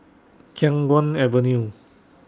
Khiang Guan Avenue